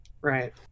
right